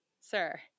sir